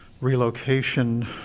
relocation